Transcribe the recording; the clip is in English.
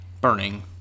burning